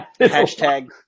Hashtag